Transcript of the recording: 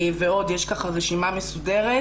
ועוד יש רשימה מסודרת